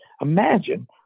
imagine